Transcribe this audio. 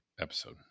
episode